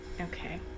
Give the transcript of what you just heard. Okay